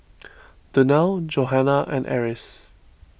Donnell Johanna and Eris